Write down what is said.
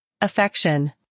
affection